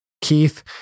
Keith